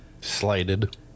slighted